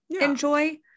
enjoy